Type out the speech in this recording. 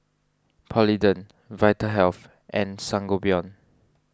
Polident Vitahealth and Sangobion